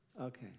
Okay